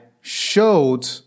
showed